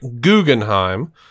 guggenheim